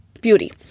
beauty